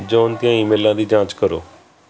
John ਦੀਆਂ ਈਮੇਲਾਂ ਦੀ ਜਾਂਚ ਕਰੋ